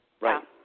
Right